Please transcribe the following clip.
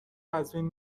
ازبین